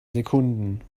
sekunden